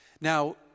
Now